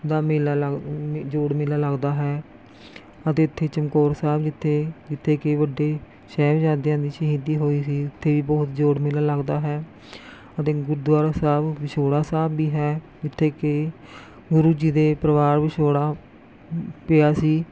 ਦਾ ਮੇਲਾ ਲੱਗ ਮ ਜੋੜ ਮੇਲਾ ਲੱਗਦਾ ਹੈ ਅਤੇ ਇੱਥੇ ਚਮਕੌਰ ਸਾਹਿਬ ਜਿੱਥੇ ਜਿੱਥੇ ਕਿ ਵੱਡੇ ਸਾਹਿਬਜ਼ਾਦਿਆਂ ਦੀ ਸ਼ਹੀਦੀ ਹੋਈ ਸੀ ਉੱਥੇ ਵੀ ਬਹੁਤ ਜੋੜ ਮੇਲਾ ਲੱਗਦਾ ਹੈ ਅਤੇ ਗੁਰਦੁਆਰਾ ਸਾਹਿਬ ਵਿਛੋੜਾ ਸਾਹਿਬ ਵੀ ਹੈ ਜਿੱਥੇ ਕਿ ਗੁਰੂ ਜੀ ਦੇ ਪਰਿਵਾਰ ਵਿਛੋੜਾ ਪਿਆ ਸੀ